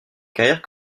carrière